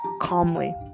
calmly